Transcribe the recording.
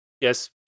yes